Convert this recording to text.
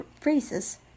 phrases